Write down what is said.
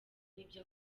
n’ibyo